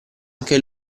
anche